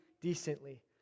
decently